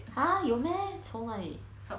!huh! 有 meh 从哪里